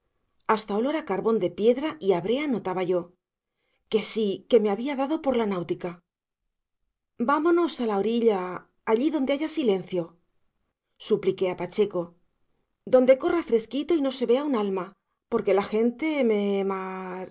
hasta olor a carbón de piedra y a brea notaba yo que sí que me había dado por la náutica vámonos a la orilla allí donde haya silencio supliqué a pacheco donde corra fresquito y no se vea un alma porque la gente me